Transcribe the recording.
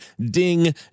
DING